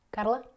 Carla